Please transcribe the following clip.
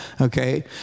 okay